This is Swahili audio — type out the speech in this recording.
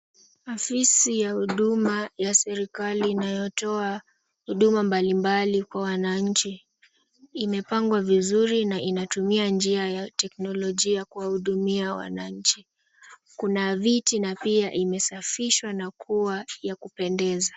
Afisi ya huduma ya serikali inayotoa huduma mbalimbali kwa wananchi imepangwa vizuri na inatumia njia ya teknolojia kuwahudumia wananchi. Kuna viti na pia imesafishwa na kuwa ya kupendeza.